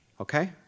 Okay